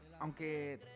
aunque